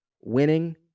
winning